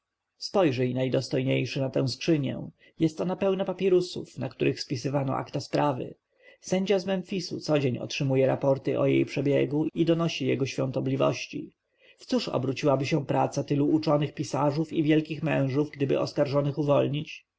spojrzyj najdostojniejszy na tę skrzynię jest ona pełna papirusów na których spisano akta sprawy sędzia z memfisu codzień otrzymuje raporty o jej przebiegu i donosi jego świątobliwości w cóż obróciłaby się praca tylu uczonych pisarzów i wielkich mężów gdyby oskarżonych uwolnić